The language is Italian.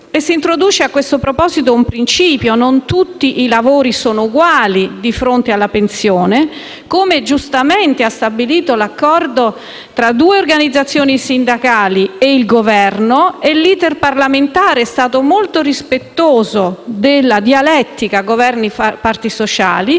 ad altre categorie) il principio che non tutti i lavori sono uguali di fronte alla pensione, come giustamente ha stabilito un accordo tra due organizzazioni sindacali e il Governo. L'*iter* parlamentare è stato molto rispettoso della dialettica tra Governo e parti sociali: